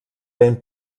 ben